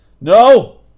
No